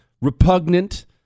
repugnant